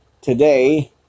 today